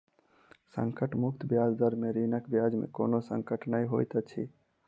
संकट मुक्त ब्याज दर में ऋणक ब्याज में कोनो संकट नै होइत अछि